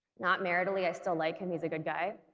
not maritally i still like him he's a good guy,